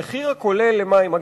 המחיר הכולל למים,